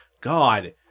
god